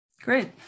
great